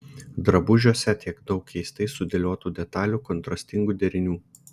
drabužiuose tiek daug keistai sudėliotų detalių kontrastingų derinių